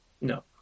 No